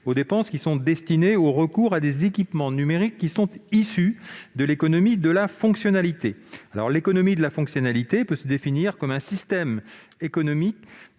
aux dépenses destinées au recours à des équipements numériques issus de l'économie de la fonctionnalité. L'économie de la fonctionnalité peut se définir comme un système économique